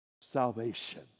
Salvation